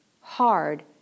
hard